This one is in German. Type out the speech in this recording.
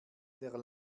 der